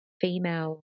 female